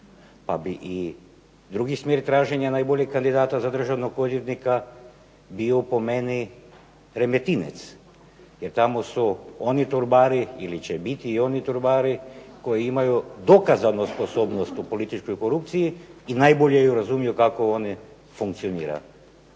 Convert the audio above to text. pa bi i drugi smjer traženja najboljeg kandidata za državnog odvjetnika bio po meni Remetinec jer tamo su oni torbari ili će biti oni torbari koji imaju dokazano sposobnost po političkoj korupciji i najbolje razumiju kako ona funkcionira.